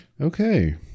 Okay